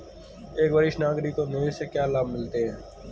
एक वरिष्ठ नागरिक को निवेश से क्या लाभ मिलते हैं?